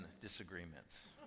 disagreements